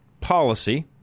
policy